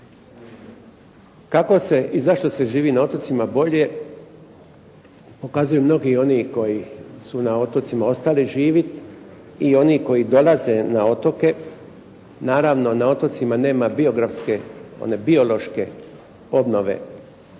Kako se i zašto se živi na otocima bolje pokazuju mnogi oni koji su na otocima ostali živjeti i oni koji dolaze na otoke. Naravno na otocima nema biografske one biološke obnove